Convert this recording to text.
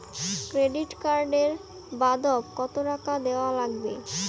Credit card এর বাবদ কতো টাকা দেওয়া লাগবে?